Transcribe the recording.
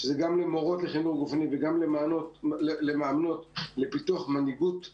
גם למורות לחינוך גופני וגם למאמנות לפיתוח מנהיגות נשים.